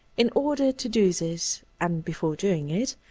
in order to do this, and before doing it,